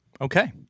Okay